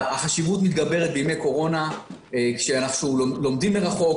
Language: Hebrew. החשיבות מתגברת בימי קורונה כשאנחנו לומדים מרחוק,